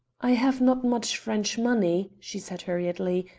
i have not much french money, she said hurriedly,